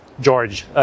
George